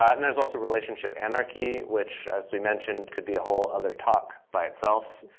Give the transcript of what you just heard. and there's also relationship anarchy, which, as we mentioned, could be a whole other talk by itself.